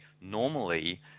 normally